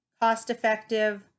cost-effective